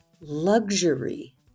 luxury